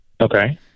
Okay